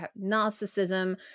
narcissism